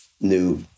new